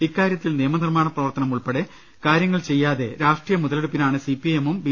ഇക്കാര്യത്തിൽ നിയമ നിർമാണ പ്രവർത്തനം ഉൾപ്പെടെ കാര്യങ്ങൾ ചെയ്യാതെ രാഷ്ട്രീയ മുതലെടുപ്പിനാണ് സിപിഐ എമ്മും ബി